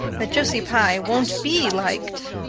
but josie pye won't be liked.